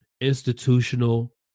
institutional